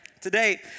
Today